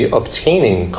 obtaining